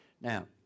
Now